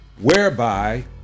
whereby